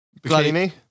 Bikini